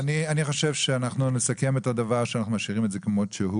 אני חושב שאנחנו נסכם ונאמר שאנחנו משאירים את זה כמו שזה.